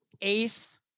Ace